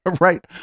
right